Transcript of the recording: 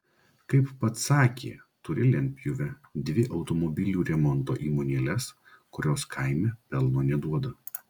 kaip pats sakė turi lentpjūvę dvi automobilių remonto įmonėles kurios kaime pelno neduoda